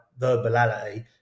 verbality